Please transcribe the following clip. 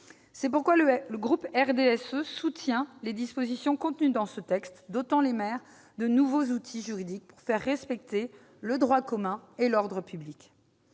C'est pourquoi le groupe du RDSE soutient les dispositions contenues dans ce texte, dotant les maires de nouveaux outils juridiques pour faire respecter le droit commun et l'ordre public.